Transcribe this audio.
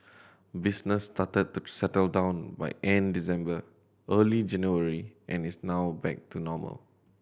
business started to settle down by end December early January and is now back to normal